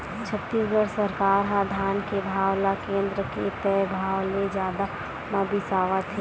छत्तीसगढ़ सरकार ह धान के भाव ल केन्द्र के तय भाव ले जादा म बिसावत हे